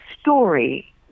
story